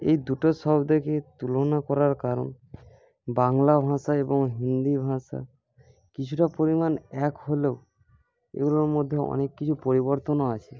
এই দুটো শব্দকে তুলনা করার কারণ বাংলা ভাষা এবং হিন্দি ভাষা কিছুটা পরিমাণ এক হলেও এগুলোর মধ্যে অনেক কিছু পরিবর্তনও আছে